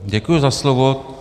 Děkuji za slovo.